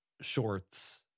shorts